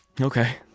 Okay